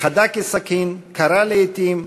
חדה כסכין, קרה לעתים,